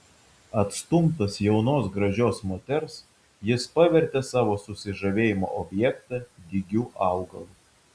atstumtas jaunos gražios moters jis pavertė savo susižavėjimo objektą dygiu augalu